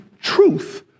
truth